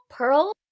Pearl